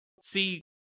see